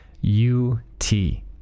U-T